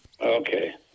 Okay